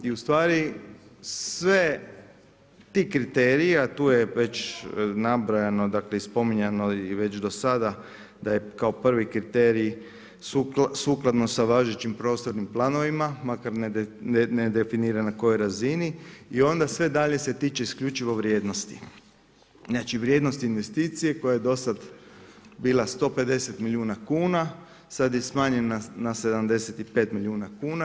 I ustvari sve ti kriteriji, a tu je već nabrojano i spominjano već do sada da je kao prvi kriterij sukladno sa važećim prostornim planovima, makar ne definira na kojoj razini i onda sve dalje se tiče isključivo vrijednosti, znači vrijednost investicije koja je do sada bila 150 milijuna kuna, sada je smanjena na 75 milijuna kuna.